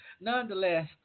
nonetheless